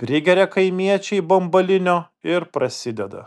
prigeria kaimiečiai bambalinio ir prasideda